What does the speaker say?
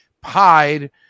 Pied